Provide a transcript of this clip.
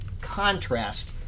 contrast